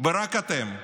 ורק אתם.